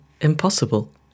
impossible